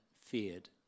feared